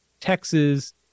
Texas